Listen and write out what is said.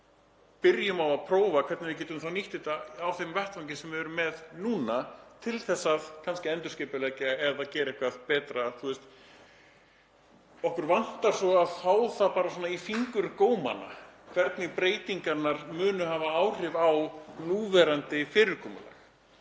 Byrjum á að prófa það, hvernig við getum nýtt þetta á þeim vettvangi sem við erum með núna til þess kannski að endurskipuleggja eða gera eitthvað betra. Okkur vantar að fá það svona í fingurgómana hvernig breytingarnar munu hafa áhrif á núverandi fyrirkomulag.